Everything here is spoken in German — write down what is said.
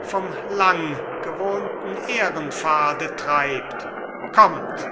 vom langgewohnten ehrenpfade treibt kommt